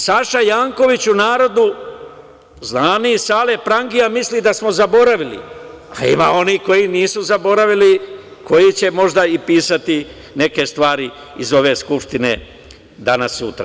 Saša Janković, u narodu zvani "Sale prangija", misli da smo zaboravili, a ima onih koji nisu zaboravili, koji će možda i pisati neke stvari iz ove Skupštine danas, sutra.